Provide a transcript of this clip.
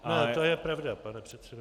Ale to je pravda, pane předsedo.